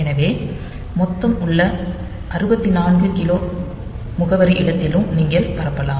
எனவே மொத்த உள்ள 64k முகவரி இடத்திலும் நீங்கள் பரப்பலாம்